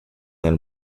nel